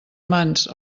mans